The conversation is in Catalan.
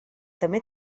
també